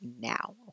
now